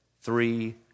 three